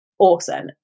Awesome